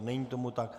Není tomu tak.